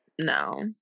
no